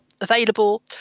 available